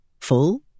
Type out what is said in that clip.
Full